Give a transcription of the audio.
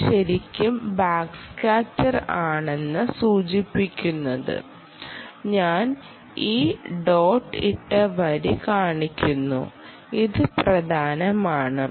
ഇത് ശരിക്കും back scatter ആണെന്ന് സൂചിപ്പിക്കുന്നതിന് ഞാൻ ഈ ഡോട്ട് ഇട്ട വരി കാണിക്കുന്നു ഇത് പ്രധാനമാണ്